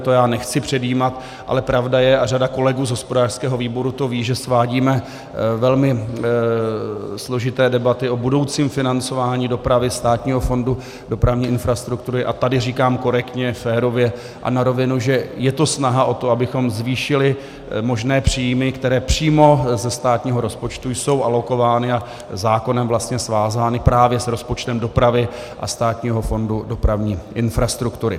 To já nechci předjímat, ale pravda je, a řada kolegů z hospodářského výboru to ví, že svádím velmi složité debaty o budoucím financování dopravy, Státního fondu dopravní infrastruktury, a tady říkám korektně, férově a na rovinu, že je to snaha o to, abychom zvýšili možné příjmy, které přímo ze státního rozpočtu jsou alokovány a zákonem vlastně svázány právě s rozpočtem dopravy a Státního fondu dopravní infrastruktury.